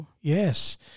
yes